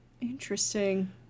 interesting